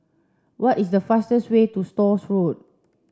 what is the fastest way to Stores Road